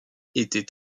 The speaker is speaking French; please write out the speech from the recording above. était